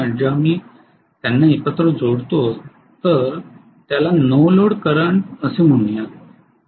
जेव्हा मी त्यांना एकत्र जोडतो तर त्याला नो लोड करंट असे म्हणूया